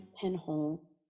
pinhole